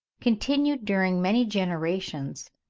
continued during many generations,